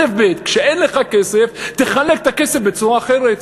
אלף-בית, כשאין לך כסף תחלק את הכסף בצורה אחרת.